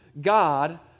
God